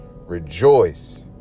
rejoice